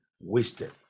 wasted